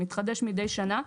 מתחדש מידי שנה.